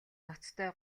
ноцтой